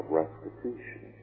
restitution